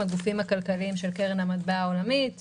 הגופים הכלכליים של קרן המטבע העולמית,